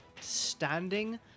standing